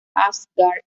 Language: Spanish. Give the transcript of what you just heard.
asgard